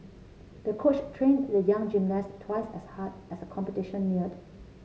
the coach trained the young gymnast twice as hard as the competition neared